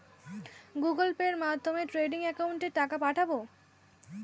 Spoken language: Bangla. গুগোল পের মাধ্যমে ট্রেডিং একাউন্টে টাকা পাঠাবো?